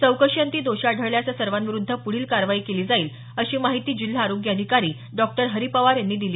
चौकशीअंती दोषी आढळल्यास या सर्वांविरुद्ध पुढील कारवाई केली जाईल अशी माहिती जिल्हा आरोग्य अधिकारी डॉक्टर हरी पवार यांनी दिली